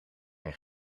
een